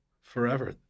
forever